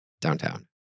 downtown